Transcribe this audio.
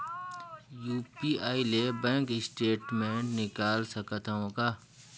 UPI ले bank statement निकाल सकत हवं का?